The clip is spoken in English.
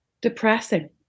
depressing